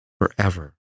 forever